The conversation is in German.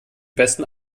besten